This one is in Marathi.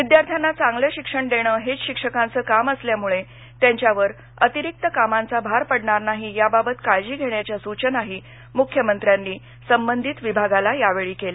विद्यार्थ्यांना चांगलं शिक्षण देणं हेच शिक्षकांचं काम असल्यामुळे त्यांच्यावर अतिरिक्त कामांचा भार पडणार नाही याबाबत काळजी घेण्याच्या सूचनाही मुख्यमंत्र्यांनी संबंधित विभागाला यावेळी केल्या